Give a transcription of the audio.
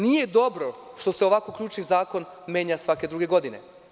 Nije dobro što se ovako ključni zakonmenja svake druge godine.